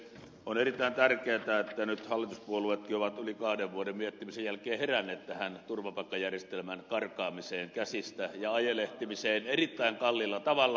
on erittäin tärkeätä että nyt hallituspuolueetkin ovat yli kahden vuoden miettimisen jälkeen heränneet tähän turvapaikkajärjestelmän karkaamiseen käsistä ja ajelehtimiseen erittäin kalliilla tavalla